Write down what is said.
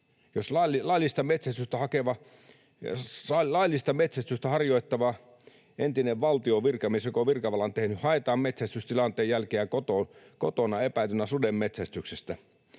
Tai laillista metsästystä harjoittava entinen valtion virkamies, joka on virkavalan tehnyt, haetaan metsästystilanteen jälkeen kotoa epäiltynä suden metsästyksestä